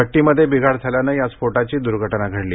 भट्टीमध्ये बिघाड झाल्याने हा स्फोटाची दुर्घटना घडली